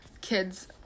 Kids